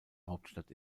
hauptstadt